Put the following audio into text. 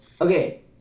Okay